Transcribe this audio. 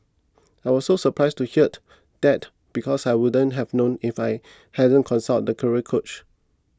I was so surprised to heard that because I wouldn't have known if I hadn't consulted the career coach